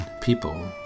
people